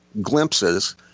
glimpses